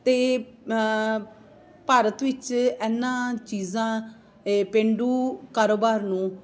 ਤੇ ਭਾਰਤ ਵਿੱਚ ਇਹਨਾਂ ਚੀਜ਼ਾਂ ਪੇਂਡੂ ਕਾਰੋਬਾਰ ਨੂੰ